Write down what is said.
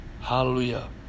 Hallelujah